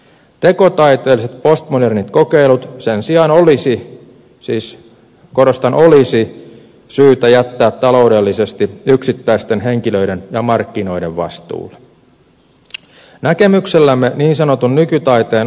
tekotaiteelliset postmodernit kokeilut sen sijaan olisi siis korostan olisi syytä jättää taloudellisesti yksittäisten henkilöiden ja markkinoiden vastuulle